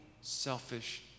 selfish